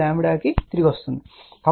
5 కి తిరిగి వస్తుంది